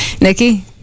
Nikki